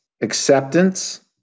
acceptance